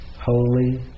holy